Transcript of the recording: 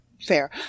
fair